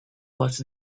was